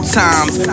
times